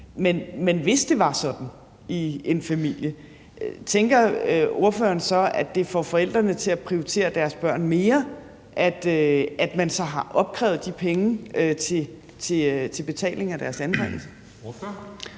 Man hvis det var sådan i en familie, tænker ordføreren så, at det får forældrene til at prioritere deres børn mere, at man så har opkrævet de penge til betaling for deres anbringelse?